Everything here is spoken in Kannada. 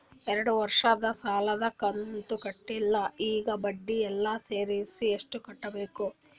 ಎರಡು ವರ್ಷದ ಸಾಲದ ಕಂತು ಕಟ್ಟಿಲ ಈಗ ಬಡ್ಡಿ ಎಲ್ಲಾ ಸೇರಿಸಿ ಎಷ್ಟ ಕಟ್ಟಬೇಕು?